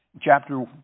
Chapter